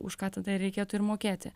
už ką tada ir reikėtų ir mokėti